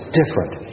different